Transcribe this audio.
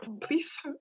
please